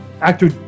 Actor